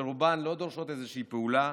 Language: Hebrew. שרובן לא דורשות איזושהי פעולה,